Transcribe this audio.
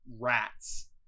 rats